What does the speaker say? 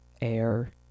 air